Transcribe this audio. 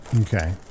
Okay